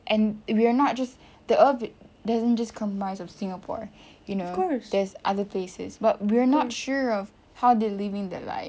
and we're not just the earth doesn't just come by of singapore you know there's other places but we're not sure of how they living the life